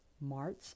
March